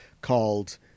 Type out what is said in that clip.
called